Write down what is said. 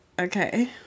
Okay